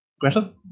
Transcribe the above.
Greta